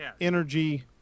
energy